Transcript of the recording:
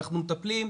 אנחנו מטפלים,